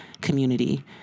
community